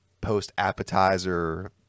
post-appetizer